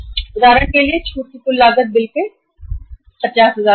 उदाहरण के लिए बिल के छूट की कुल लागत 50000 रुपए है